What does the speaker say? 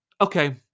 Okay